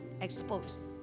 exposed